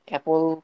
Apple